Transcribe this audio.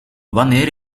wanneer